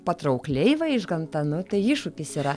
patraukliai vaižgantą nu tai iššūkis yra